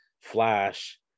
Flash